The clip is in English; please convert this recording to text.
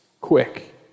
Quick